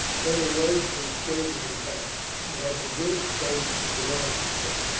colonel royston straightened his back. he has the good taste to want you, sir.